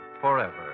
forever